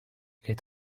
est